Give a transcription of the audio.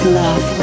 love